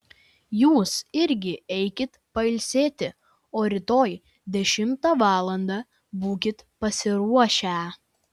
jūs irgi eikit pailsėti o rytoj dešimtą valandą būkit pasiruošę